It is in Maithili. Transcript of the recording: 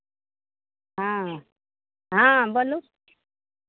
हँ हँ बोलू